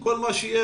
כל מה שיהיה,